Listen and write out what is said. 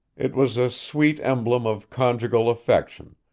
it was a sweet emblem of conjugal affection,